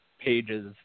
pages